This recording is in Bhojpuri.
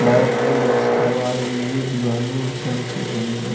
बायोगैस अवायवीय जीवाणु सन से बनेला